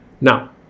Now